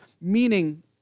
meaning